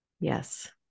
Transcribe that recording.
yes